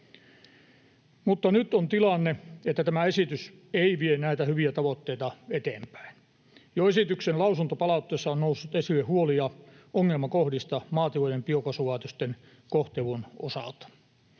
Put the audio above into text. Mutta nyt on tilanne, että tämä esitys ei vie näitä hyviä tavoitteita eteenpäin. Jo esityksen lausuntopalautteessa on noussut esille huolia ongelmakohdista maatilojen biokaasulaitosten kohtelun osalta.